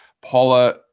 Paula